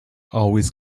always